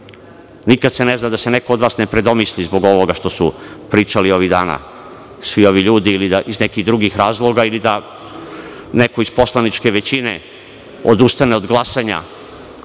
nikad se ne zna da se neko od vas ne predomisli zbog ovoga što su pričali ovih dana svi ovi ljudi, ili iz nekih drugih razloga, ili da neko iz poslaničke većine odustane od glasanja